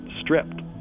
stripped